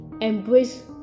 Embrace